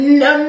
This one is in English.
no